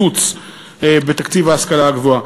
להתייחס לקיצוץ בתקציב ההשכלה הגבוהה.